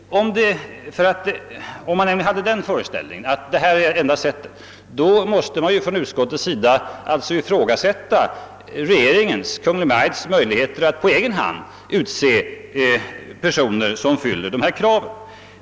För man menar väl inte från utskottets sida att Kungl. Maj:t saknar förmåga att utse personer som fyller dessa krav?